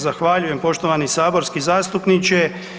Zahvaljujem, poštovani saborski zastupniče.